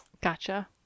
Gotcha